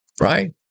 right